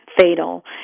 fatal